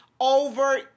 over